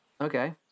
Okay